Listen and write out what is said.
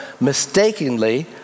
mistakenly